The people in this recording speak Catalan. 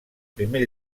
primer